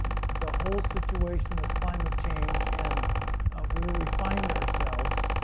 the whole situation with climate change and where we find ourselves